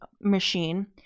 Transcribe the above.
machine